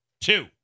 two